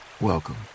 welcome